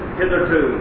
hitherto